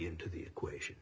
into the equation